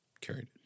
carried